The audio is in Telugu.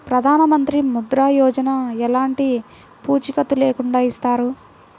ప్రధానమంత్రి ముద్ర యోజన ఎలాంటి పూసికత్తు లేకుండా ఇస్తారా?